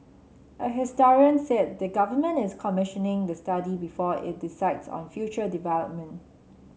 a historian said the government is commissioning the study before it decides on future development